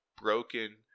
broken